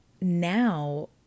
now